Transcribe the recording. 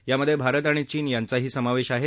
यामधे भारत आणि चीन यांचाही समावेश आहे